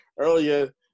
Earlier